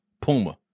Puma